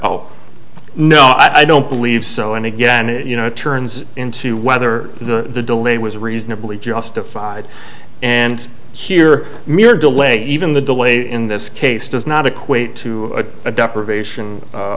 oh no i don't believe so and again you know turns into whether the delay was a reasonably justified and here mere delay even the delay in this case does not equate to a deprivation